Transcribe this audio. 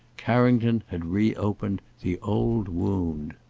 carrington had reopened the old wound.